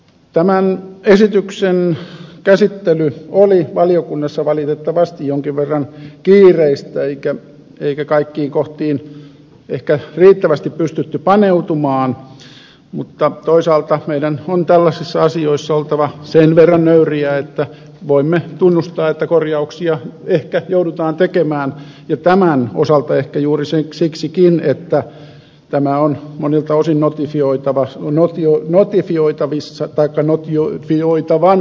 tämän esityksen käsittely oli valiokunnassa valitettavasti jonkin verran kiireistä eikä kaikkiin kohtiin ehkä riittävästi pystytty paneutumaan mutta toisaalta meidän on tällaisissa asioissa oltava sen verran nöyriä että voimme tunnustaa että korjauksia ehkä joudutaan tekemään ja tämän osalta ehkä juuri siksikin että tämä on monilta osin notifioitavana minut jo ratifioitavissa paikannut julki hoitavan